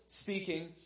speaking